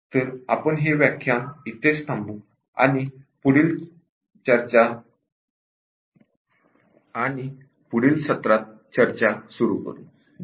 आपण हे व्याख्यान इथेच थांबवू आणि पुढील व्याख्यानात चर्चा सुरू करु